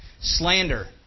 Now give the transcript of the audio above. Slander